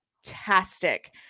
fantastic